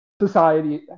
society